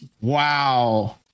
Wow